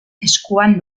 eskuan